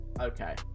Okay